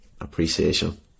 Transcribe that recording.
appreciation